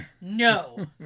no